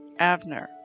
Avner